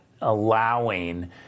allowing